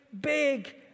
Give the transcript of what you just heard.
big